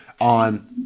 on